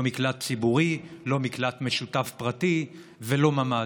לא מקלט ציבורי, לא מקלט משותף פרטי ולא ממ"ד,